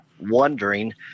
wondering